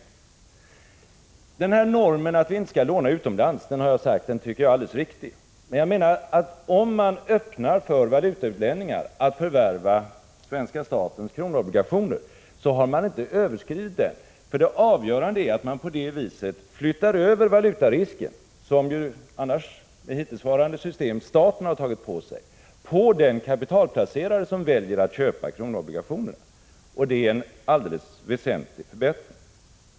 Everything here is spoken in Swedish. Jag har sagt att jag tycker att normen att vi inte skall låna utomlands är alldeles riktig. Men om man öppnar möjligheter för valutautlänningar att förvärva svenska statens kronobligationer, har man inte överskridit den. Det avgörande är att man på det viset flyttar över valutarisken, som enligt det hittillsvarande systemet staten har tagit på sig, på den kapitalplacerare som väljer att köpa kronobligationer. Detta är en väsentlig förbättring.